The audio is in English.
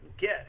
get